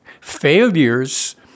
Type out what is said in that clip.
failures